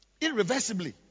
irreversibly